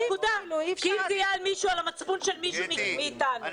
כי אחרת זה יהיה על המצפון של מישהו מאתנו.